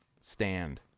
stand